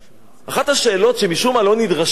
אחת השאלות שמשום מה לא נדרשים אליה